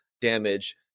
damage